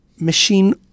machine